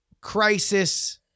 crisis